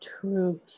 truth